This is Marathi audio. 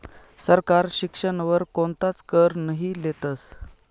सरकार शिक्षण वर कोणताच कर नही लेतस